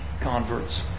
converts